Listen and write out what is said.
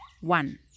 one